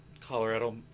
Colorado